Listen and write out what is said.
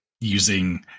using